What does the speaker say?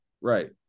Right